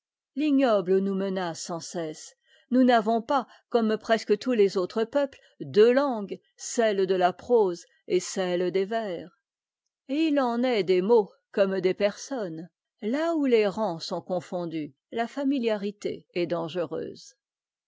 l'ignoble nous menace sans cesse nous n'avons pas comme presque tous les autres peuples deux langues cette de ta'prose et celle des vers etii en est des mots comme des personnes là oùtes rangs sont confondus a familiarité est